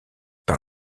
par